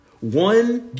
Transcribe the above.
one